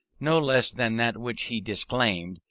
no less than that which he disclaimed,